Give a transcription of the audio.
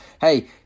Hey